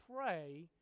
pray